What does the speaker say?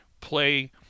play